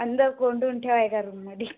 अंदर कोंडून ठेवा एका रूममध्ये